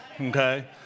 Okay